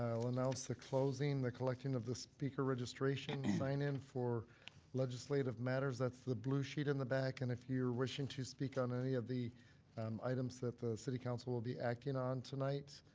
ah i'll announce the closing the collecting of the speaker registration sign in for legislative matters. that's the blue sheet in the back. and if you're wishing to speak on any of the um items that the city council will be acting on tonight,